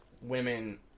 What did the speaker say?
women